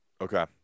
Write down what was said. Okay